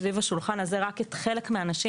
סביב השולחן הזה זה רק חלק מהאנשים,